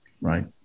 Right